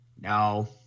No